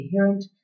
coherent